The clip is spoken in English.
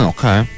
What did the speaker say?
Okay